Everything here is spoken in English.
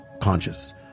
conscious